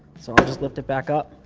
so i'll just lift it back up.